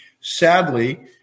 Sadly